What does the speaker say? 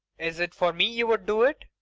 is it for me you'd do it?